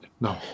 No